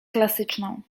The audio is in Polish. klasyczną